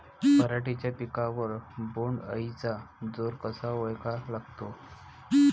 पराटीच्या पिकावर बोण्ड अळीचा जोर कसा ओळखा लागते?